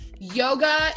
Yoga